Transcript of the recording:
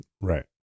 Right